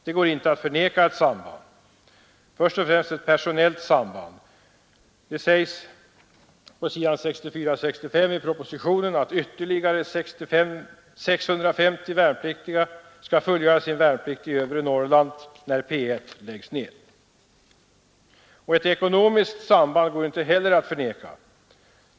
Det går inte att förneka ett samband — först och främst ett personellt samband. Det sägs på s. 64—65 i propositionen att ytterligare 650 värnpliktiga skall fullgöra sin värnplikt i övre Norrland när P 1 läggs ned. Ett ekonomiskt samband går inte heller att förneka.